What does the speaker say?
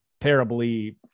terribly